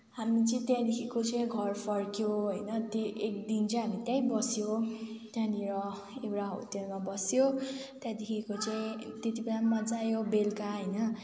हामी चाहिँ त्यहाँदेखिको चाहिँ घर फर्क्यौँ होइन त्यो एकदिन चाहिँ हामी त्यहीँ बस्यौँ त्यहाँनिर एउटा होटलमा बस्यौँ त्यहाँदेखिको चाहिँ त्यत्तिबेला मज्जा आयो बेलुका होइन